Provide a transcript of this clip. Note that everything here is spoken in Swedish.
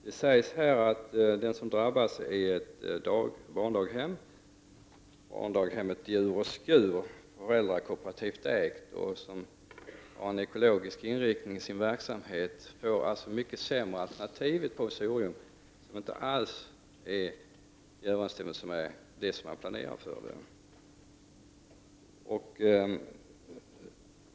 Det sägs att den som drabbas är ett barndaghem; det gäller barndaghemmet ”I ur och skur”, som är föräldrakooperativt ägt och har en ekologisk inriktning för sin verksamhet. Detta barndaghem erbjuds alltså ett mycket sämre alternativ, ett provisorium som inte alls är i överensstämmelse med det man hade planerat för.